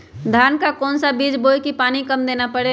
धान का कौन सा बीज बोय की पानी कम देना परे?